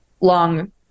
long